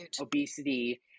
obesity